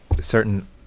certain